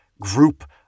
group